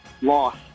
Lost